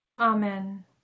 Amen